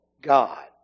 God